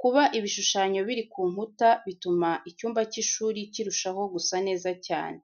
Kuba ibishushanyo biri ku nkuta bituma icyumba cy'ishuri kirushaho gusa neza cyane.